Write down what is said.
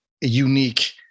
unique